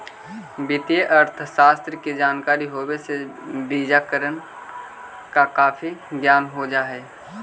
वित्तीय अर्थशास्त्र की जानकारी होवे से बजारिकरण का काफी ज्ञान हो जा हई